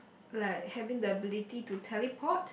like having the ability to teleport